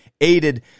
aided